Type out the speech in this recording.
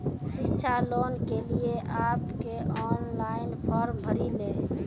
शिक्षा लोन के लिए आप के ऑनलाइन फॉर्म भरी ले?